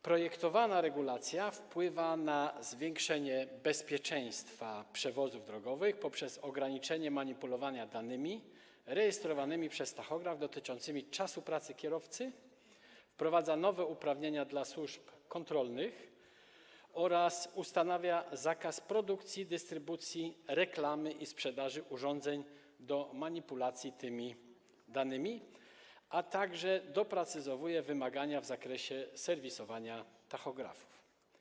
Projektowana regulacja wpływa na zwiększenie bezpieczeństwa przewozów drogowych poprzez ograniczenie manipulowania danymi rejestrowanymi przez tachograf, dotyczącymi czasu pracy kierowcy, wprowadza nowe uprawnienia dla służb kontrolnych oraz ustanawia zakaz produkcji, dystrybucji, reklamy i sprzedaży urządzeń do manipulacji tymi danymi, a także doprecyzowuje wymagania w zakresie serwisowania tachografów.